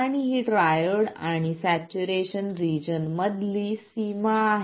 आणि ही ट्रायोड आणि सॅच्युरेशन रिजन मधील सीमा आहे